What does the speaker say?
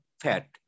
fat